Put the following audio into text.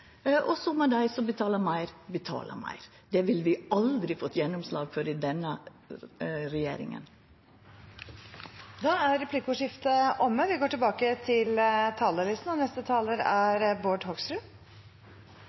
og så må dei som tener meir, betala meir. Det ville vi aldri fått gjennomslag for i denne regjeringa. Da er replikkordskiftet omme. I dag skal vi behandle skatter og